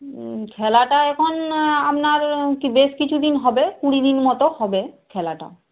খেলাটা এখন আপনার বেশ কিছুদিন হবে কুড়ি দিন মতো হবে খেলাটা